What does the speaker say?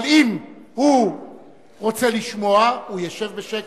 אבל אם הוא רוצה לשמוע, הוא ישב בשקט,